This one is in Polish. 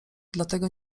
dlatego